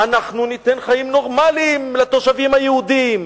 אנחנו ניתן חיים נורמליים לתושבים היהודים,